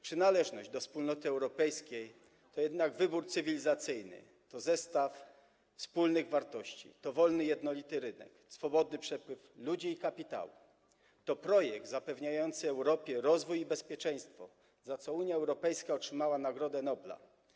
Przynależność do Wspólnoty Europejskiej to jednak wybór cywilizacyjny, to zestaw wspólnych wartości, to wolny jednolity rynek, swobodny przepływ ludzi i kapitału, to projekt zapewniający Europie rozwój i bezpieczeństwo, za co Unia Europejska otrzymała Nagrodę Nobla.